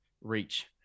reach